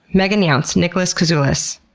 megan younce, nicholas couzelis,